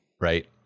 Right